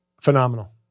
Phenomenal